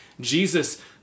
Jesus